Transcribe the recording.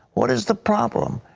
what is the problem?